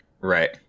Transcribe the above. Right